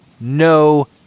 no